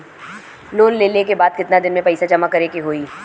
Loan लेले के बाद कितना दिन में पैसा जमा करे के होई?